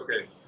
Okay